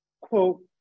quote